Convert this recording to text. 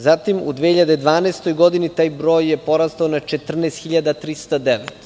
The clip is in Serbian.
Zatim, u 2012. godini taj broj je porastao na 14.309.